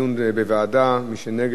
מבקש להסיר מסדר-היום.